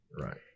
Right